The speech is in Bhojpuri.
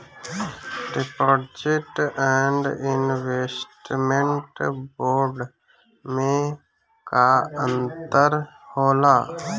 डिपॉजिट एण्ड इन्वेस्टमेंट बोंड मे का अंतर होला?